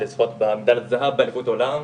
לזכות במדליית זהב באליפות העולם.